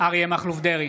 אריה מכלוף דרעי,